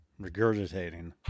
Regurgitating